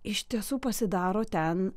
iš tiesų pasidaro ten